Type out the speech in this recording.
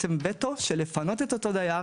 בעצם וטו של לפנות את אותו דייר,